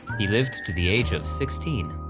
he lived to the age of sixteen.